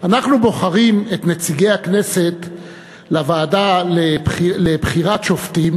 אנחנו בוחרים את נציגי הכנסת לוועדה לבחירת שופטים